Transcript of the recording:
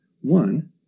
One